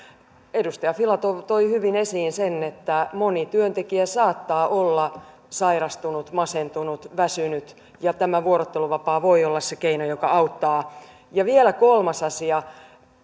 edustaja filatov toi hyvin esiin sen että moni työntekijä saattaa olla sairastunut masentunut väsynyt ja tämä vuorotteluvapaa voi olla se keino joka auttaa ja vielä kolmas asia